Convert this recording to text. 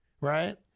right